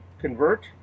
convert